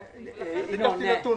ולכן --- ביקשתי נתון.